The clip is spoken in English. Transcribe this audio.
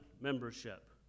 membership